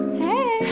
hey